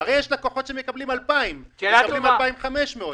הרי יש לקוחות שמקבלים 2,000 שקל או 2,500 שקל.